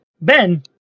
Ben